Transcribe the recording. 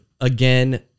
again